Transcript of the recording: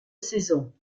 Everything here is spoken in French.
saison